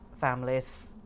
families